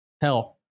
hell